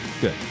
Good